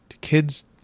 kids